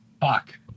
Fuck